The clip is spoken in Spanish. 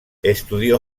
estudió